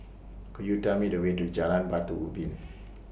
Could YOU Tell Me The Way to Jalan Batu Ubin